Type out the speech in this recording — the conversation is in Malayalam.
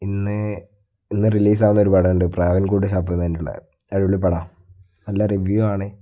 ഇന്ന് ഇന്ന് റിലീസ് ആവുന്ന ഒരു പടമുണ്ട് പ്രാവൻകൂട് ഷാപ്പ് എന്നു പറഞ്ഞിട്ടുള്ളത് അടിപൊളി പടമാണ് നല്ല റിവ്യൂ ആണ്